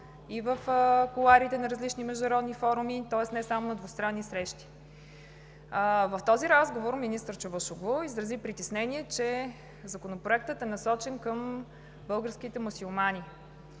и в кулоарите на различни международни форуми, тоест не само на двустранни срещи. В този разговор министър Чавушоглу изрази притеснение, че Законопроектът е насочен към българските мюсюлмани.